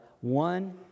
one